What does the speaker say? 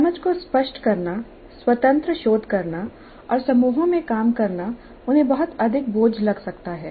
समझ को स्पष्ट करना स्वतंत्र शोध करना और समूहों में काम करना उन्हें बहुत अधिक बोझ लग सकता है